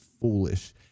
foolish